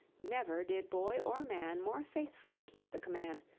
never did boy or man more faithfully keep the command,